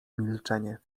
milczenie